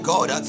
God